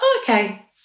okay